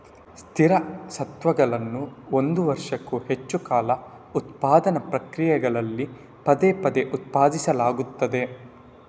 ಸ್ಥಿರ ಸ್ವತ್ತುಗಳನ್ನು ಒಂದು ವರ್ಷಕ್ಕೂ ಹೆಚ್ಚು ಕಾಲ ಉತ್ಪಾದನಾ ಪ್ರಕ್ರಿಯೆಗಳಲ್ಲಿ ಪದೇ ಪದೇ ಉತ್ಪಾದಿಸಲಾಗುತ್ತದೆ